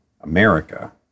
america